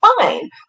fine